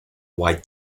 white